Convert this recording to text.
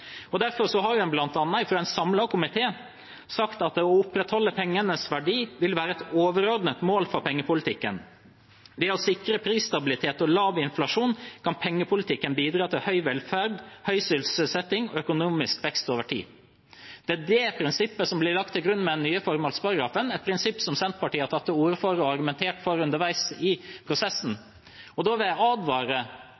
Derfor har man, bl.a. fra en samlet komité, sagt: «Å opprettholde pengenes verdi vil være et overordnet mål for pengepolitikken. Ved å sikre prisstabilitet og lav inflasjon kan pengepolitikken bidra til høy velferd, høy sysselsetting og økonomisk vekst over tid.» Det er det prinsippet som blir lagt til grunn med den nye formålsparagrafen, et prinsipp som Senterpartiet har tatt til orde for og argumentert for underveis i prosessen.